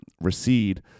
recede